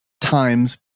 times